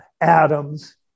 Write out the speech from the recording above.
atoms